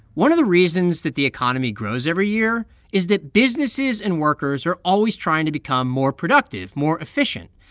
one of the reasons that the economy grows every year is that businesses and workers are always trying to become more productive, more efficient.